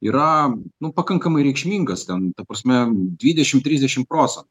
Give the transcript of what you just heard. yra nu pakankamai reikšmingas ten ta prasme dvidešimt trisdešimt procentų